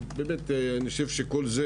אני חושב שכל זה